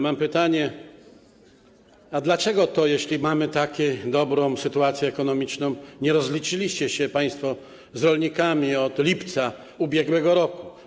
Mam pytanie: A dlaczego to, jeśli mamy tak dobrą sytuację ekonomiczną, nie rozliczyliście się państwo z rolnikami od lipca ubiegłego roku?